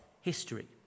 history